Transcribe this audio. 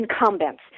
incumbents